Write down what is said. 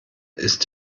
ist